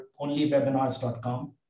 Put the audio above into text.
onlywebinars.com